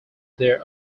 their